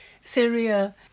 Syria